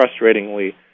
frustratingly